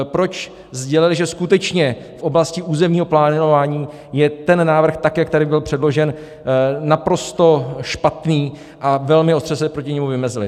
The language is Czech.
Proč sdělili, že skutečně v oblasti územního plánování je ten návrh, tak jak tady byl předložen, naprosto špatný, a velmi ostře se proti němu vymezili?